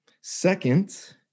Second